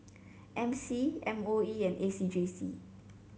M C M O E and A C J C